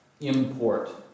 import